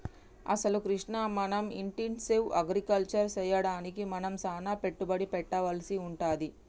అసలు కృష్ణ మనం intensive agriculture సెయ్యడానికి మనం సానా పెట్టుబడి పెట్టవలసి వుంటది